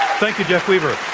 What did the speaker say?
thank you, jeff weaver.